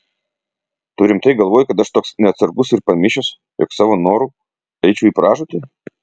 tu rimtai galvoji kad aš toks neatsargus ir pamišęs jog savo noru eičiau į pražūtį